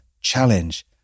challenge